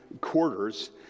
Quarters